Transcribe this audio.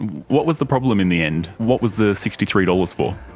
what was the problem in the end? what was the sixty three dollars for?